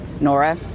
Nora